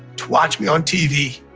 watch me on tv.